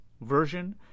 version